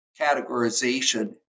categorization